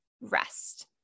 Rest